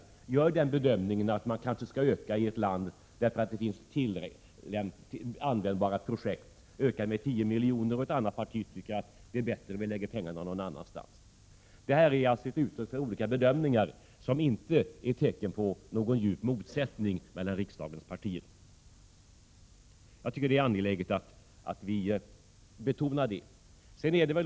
De gör kanske bedömningen att biståndet till ett land skall öka med 10 milj.kr. därför att det finns användbara projekt. Ett annat parti tycker att det är bättre att lägga pengarna någon annanstans. Det är alltså uttryck för olika bedömningar som inte är tecken på någon djup motsättning mellan riksdagens partier. Jag tycker att det är angeläget att vi betonar detta.